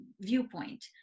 viewpoint